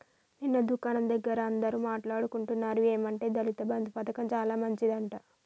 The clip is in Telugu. నిన్న దుకాణం దగ్గర అందరూ మాట్లాడుకుంటున్నారు ఏమంటే దళిత బంధు పథకం చాలా మంచిదట